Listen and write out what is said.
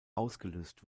ausgelöst